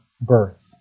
birth